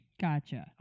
Gotcha